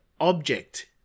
object